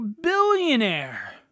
billionaire